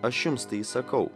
aš jums tai įsakau